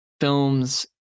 films